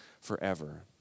forever